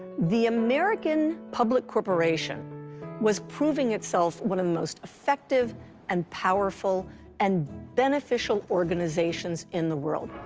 the american public corporation was proving itself one of the most effective and powerful and beneficial organizations in the world.